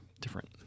different